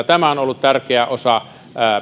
tämä on ollut tärkeä osa